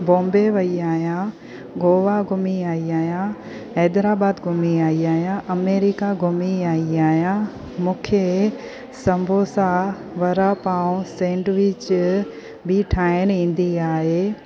बॉम्बे वई आहियां गोवा घुमी आई आहियां हैदराबाद घुमी आई आहियां अमेरिका घुमी आई आहियां मूंखे सम्बोसा वड़ा पाव सैंडविच बि ठाहिणु ईंदी आहे